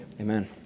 Amen